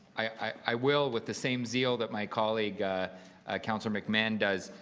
i will, with the same zeal that my colleague councillor mcmahon does,